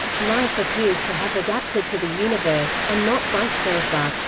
life appears to have adapted to the universe, and not vice versa.